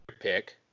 pick